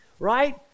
right